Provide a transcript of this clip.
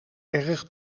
erg